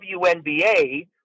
WNBA